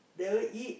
never eat